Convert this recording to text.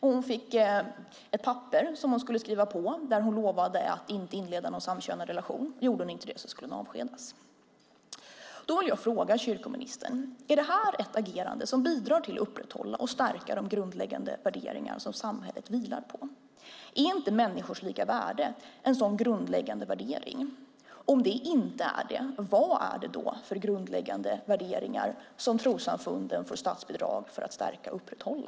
Hon fick ett papper att skriva på där hon lovade att inte inleda någon samkönad relation. Skrev hon inte på skulle hon avskedas. Jag vill fråga kyrkoministern: Är det ett agerande som bidrar till att upprätthålla och stärka de grundläggande värderingar som samhället vilar på? Är inte människors lika värde en sådan grundläggande värdering? Om det inte är det, vad är det då för grundläggande värderingar som trossamfunden får statsbidrag till att stärka och upprätthålla?